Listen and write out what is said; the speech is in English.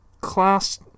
class